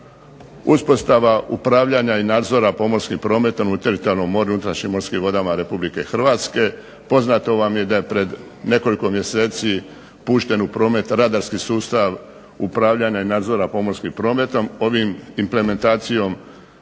uspostava upravljanja i nadzora pomorskim prometom u teritorijalnom moru i unutrašnjim morskim vodama RH. Poznato vam je da je pred nekoliko mjeseci pušten u promet radarski sustav upravljanja i nadzora pomorskim prometom. Ovom implementacijom